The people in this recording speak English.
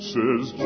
Says